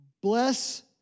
Bless